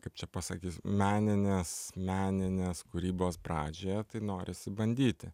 kaip čia pasakius meninės meninės kūrybos pradžioje tai norisi bandyti